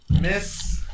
Miss